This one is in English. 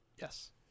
Yes